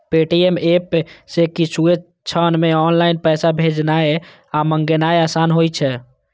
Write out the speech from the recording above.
Paytm app सं किछुए क्षण मे ऑनलाइन पैसा भेजनाय आ मंगेनाय आसान होइ छै